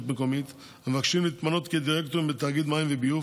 מקומית המבקשים להתמנות כדירקטורים בתאגיד מים וביוב,